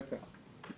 בטח!